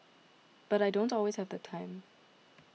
but I don't always have the time